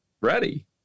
ready